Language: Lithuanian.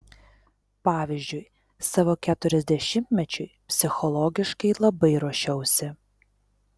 pavyzdžiui savo keturiasdešimtmečiui psichologiškai labai ruošiausi